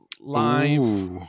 live